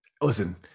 Listen